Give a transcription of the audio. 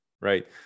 right